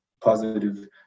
positive